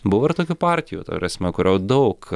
buvo ir tokių partijų ta prasme kurio daug